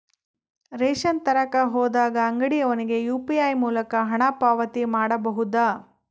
Ration ತರಕ ಹೋದಾಗ ಅಂಗಡಿಯವನಿಗೆ ಯು.ಪಿ.ಐ ಮೂಲಕ ಹಣ ಪಾವತಿ ಮಾಡಬಹುದಾ?